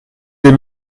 des